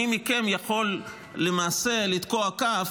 שמי מכם יכול למעשה לתקוע כף